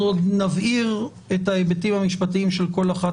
אנחנו נבהיר את ההיבטים המשפטיים של כל אחת